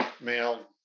male